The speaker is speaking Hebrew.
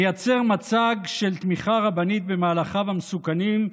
מייצר מצג של תמיכה רבנית במהלכיו המסוכנים,